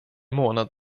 månad